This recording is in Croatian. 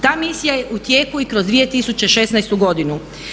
Ta misija je u tijeku i kroz 2016. godinu.